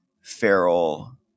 feral